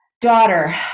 daughter